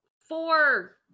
four